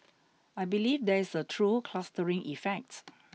I believe there is a true clustering effect